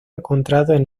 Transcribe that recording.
encontrado